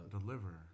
Deliver